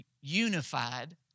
unified